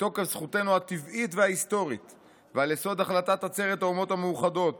ובתוקף זכותנו הטבעית וההיסטורית ועל יסוד החלטת עצרת האומות המאוחדות